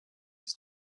his